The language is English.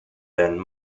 then